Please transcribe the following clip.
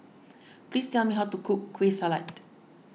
please tell me how to cook Kueh Salat